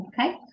Okay